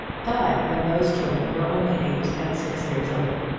died when those children were only eight and six years old,